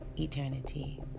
eternity